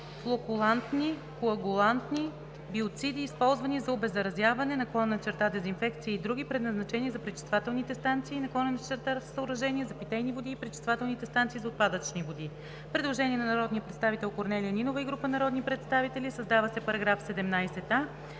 флокуланти, коагуланти, биоциди, използвани за обеззаразяване/дезинфекция и други, предназначени за пречиствателните станции/съоръжения за питейни води и пречиствателните станции за отпадъчни води.“ Предложение на народния представител Корнелия Нинова и група народни представители: „Създава се § 17а: „§ 17а.